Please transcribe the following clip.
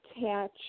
attach